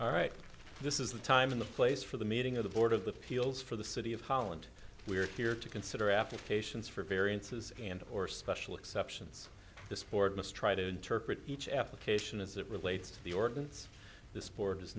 all right this is the time in the place for the meeting of the board of the fields for the city of holland we are here to consider applications for variances and or special exceptions the sport must try to interpret each application as it relates to the ordinance the sport is